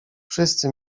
wszyscy